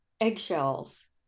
eggshells